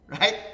right